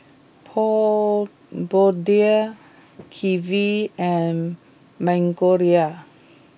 Pure Blonde Kiwi and Magnolia